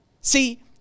See